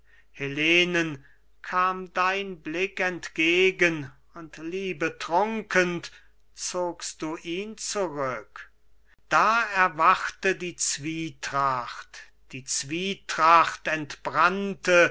helenen kam dein blick entgegen und liebetrunken zogst du ihn zurück da erwachte die zwietracht die zwietracht entbrannte